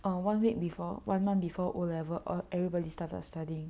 err one week before one month before O level err everybody started studying